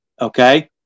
okay